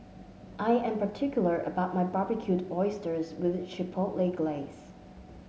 I am particular about my Barbecued Oysters with Chipotle Glaze